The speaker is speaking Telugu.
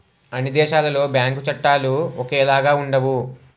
అన్ని దేశాలలో బ్యాంకు చట్టాలు ఒకేలాగా ఉండవు